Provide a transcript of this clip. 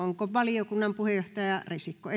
onko valiokunnan puheenjohtaja risikko